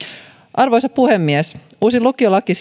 arvoisa puhemies uusi lukiolaki